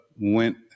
went